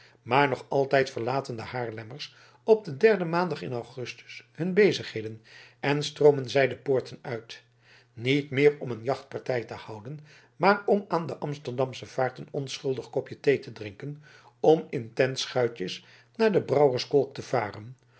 maar nog altijd verlaten de haarlemmers op den derden maandag in augustus hun bezigheden en stroomen zij de poorten uit niet meer om een jachtpartij te houden maar om aan de amsterdamsche vaart een onschuldig kopje thee te drinken om in tentschuitjes naar de brouwerskolk te varen